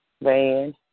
Van